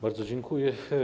Bardzo dziękuję.